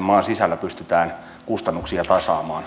maan sisällä pystytään kustannuksia tasaamaan